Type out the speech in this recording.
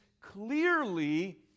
clearly